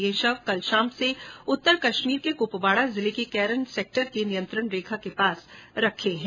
ये शव कल शाम से उत्तर कश्मीर के कुपवाड़ा जिले के केरन सेक्टर में नियंत्रण रेखा के पास रखे हैं